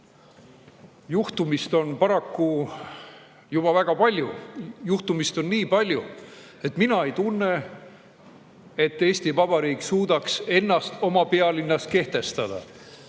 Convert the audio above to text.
juhte on paraku juba väga palju. Juhte on nii palju, et mina ei tunne, et Eesti Vabariik suudaks ennast oma pealinnas kehtestada.